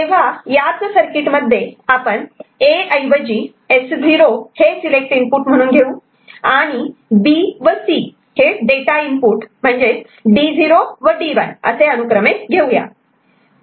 तेव्हा याच सर्किटमध्ये आपण A ऐवजी S0 हे सिलेक्ट इनपुट म्हणून घेऊ आणि B व C हे डाटा इनपुट D0 व D1 असे अनुक्रमे घेऊ या